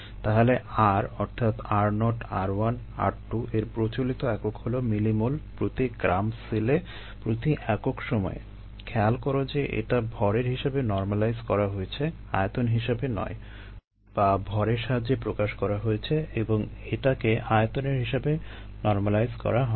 তাহলে r অর্থাৎ r0 r1 r2 এর প্রচলিত একক হলো মিলিমোল প্রতি গ্রাম সেলে প্রতি একক সময়ে খেয়াল করো যে এটা ভরের হিসেবে নরমালাইজ করা হয়েছে আয়তন হিসেবে নয় বা ভরের সাহায্যে প্রকাশ করা হয়েছে এবং এটাকে আয়তনের হিসাবে নরমালাইজ করা হয় নি